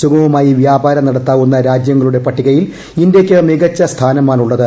സുഗമമായി വ്യാപാരം നടത്താവുന്ന രാജ്യങ്ങളുടെ പട്ടികയിൽ ഇന്ത്യയ്ക്ക് മികച്ച സ്ഥാനമാണുള്ളത്